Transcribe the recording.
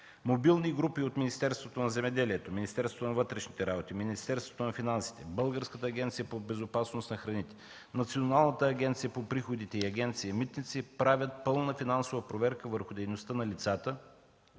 Мобилни групи от Министерството на земеделието, Министерството на вътрешните работи, Министерството на финансите, Българската агенция по безопасност на храните, Националната агенция по приходите и Агенция „Митници” правят пълна финансова проверка върху дейността на лицата,